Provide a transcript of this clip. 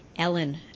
Ellen